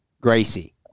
gracie